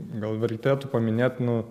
gal vertėtų paminėt nu